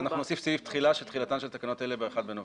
אנחנו נוסיף סעיף תחילה האומר שתחילתן של תקנות אלה ב-1 בנובמבר.